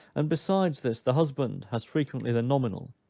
and besides this, the husband has frequently the nominal,